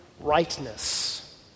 rightness